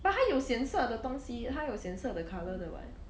but 它有显色的东西它有显色的 colour 的 [what]